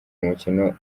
mikino